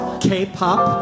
K-Pop